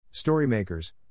Storymakers